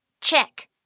Check